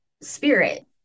spirit